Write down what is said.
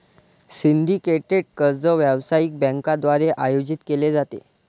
syndicated कर्ज व्यावसायिक बँकांद्वारे आयोजित केले जाते